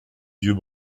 yeux